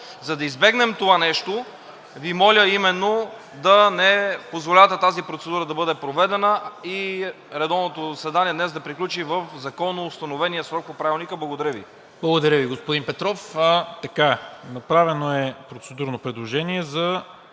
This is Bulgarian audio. За да избегнем това нещо, Ви моля именно да не позволявате тази процедура да бъде проведена и редовното заседание днес да приключи в законоустановения срок по Правилника. Благодаря Ви. ПРЕДСЕДАТЕЛ НИКОЛА МИНЧЕВ: Благодаря Ви, господин Петров. Направено е процедурно предложение за